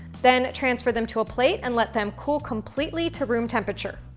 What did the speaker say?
then transfer them to a plate and let them cool completely to room temperature.